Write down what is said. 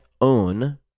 own